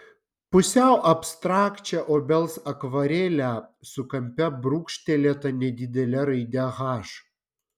pusiau abstrakčią obels akvarelę su kampe brūkštelėta nedidele raide h